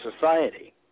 society